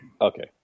Okay